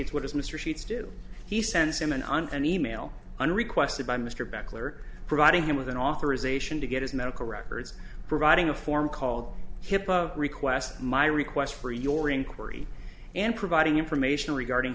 ts what has mr sheets do he sends him an on an e mail and requested by mr bechler providing him with an authorization to get his medical records providing a form called hipaa request my request for your inquiry and providing information regarding